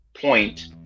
point